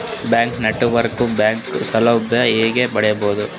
ಬ್ಯಾಂಕ್ದಾಗ internet banking ಸೌಲಭ್ಯ ಹೆಂಗ್ ಪಡಿಯದ್ರಿ?